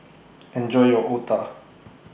Enjoy your Otah